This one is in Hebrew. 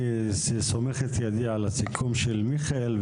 אני סומך את ידי על הסיכום של מיכאל,